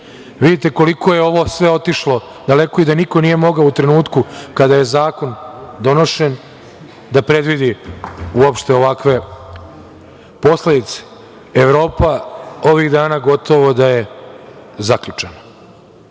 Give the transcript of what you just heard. Vidite koliko je ovo sve otišlo daleko i da niko nije mogao u trenutku, kada je zakon donošen, da predvidi uopšte ovakve posledice. Evropa ovih dana gotovo da je zaključana.